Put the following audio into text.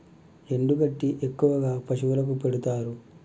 ఎండు గడ్డి ఎక్కువగా పశువులకు పెడుతారు